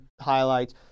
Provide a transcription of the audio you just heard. highlights